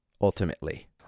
ultimately